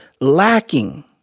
lacking